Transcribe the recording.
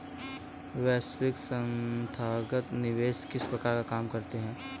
वैश्विक संथागत निवेशक किस प्रकार काम करते हैं?